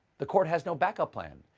the court has no backup plan.